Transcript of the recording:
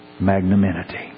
magnanimity